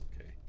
okay